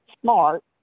smart